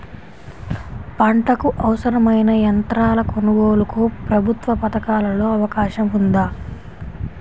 పంటకు అవసరమైన యంత్రాల కొనగోలుకు ప్రభుత్వ పథకాలలో అవకాశం ఉందా?